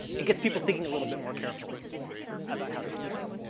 it gets people thinking a little bit more carefully about how they use it.